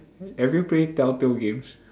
have you play telltale games